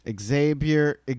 Xavier